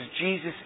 Jesus